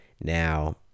Now